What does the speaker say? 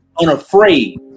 unafraid